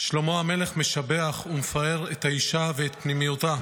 שלמה המלך משבח ומפאר את האישה ואת פנימיותה.